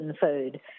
food